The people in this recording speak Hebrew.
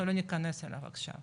אנחנו לא ניכנס אליו עכשיו.